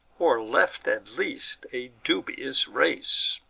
or left at least a dubious race.